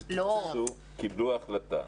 קיבלו החלטה.